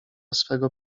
swego